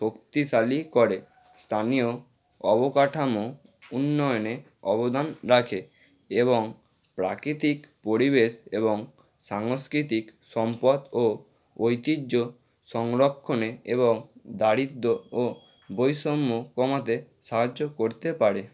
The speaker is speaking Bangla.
শক্তিশালী করে স্থানীয় অবকাঠামো উন্নয়নে অবদান রাখে এবং প্রাকৃতিক পরিবেশ এবং সাংস্কৃতিক সম্পদ ও ঐতিহ্য সংরক্ষণে এবং দারিদ্র্য ও বৈষম্য কমাতে সাহায্য করতে পারে